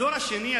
הדור השני,